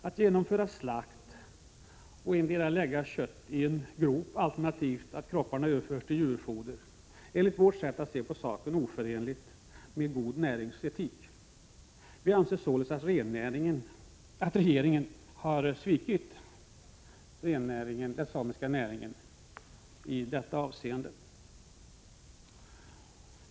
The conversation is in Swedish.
Att genomföra slakt och endera lägga köttet i en grop eller överföra kropparna till djurfoder är enligt vårt sätt att se på saken oförenligt med god näringsetik. Vi anser således att regeringen har svikit sitt löfte till den samiska näringen i detta avseende.